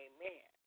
Amen